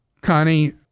Connie